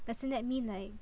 doesn't that mean like